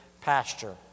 pasture